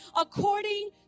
according